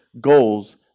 goals